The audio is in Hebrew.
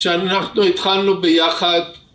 שאנחנו התחלנו ביחד